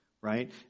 right